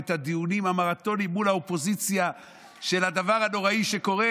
ואת הדיונים המרתוניים מול האופוזיציה של הדבר הנוראי שקורה?